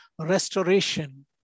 restoration